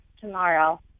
tomorrow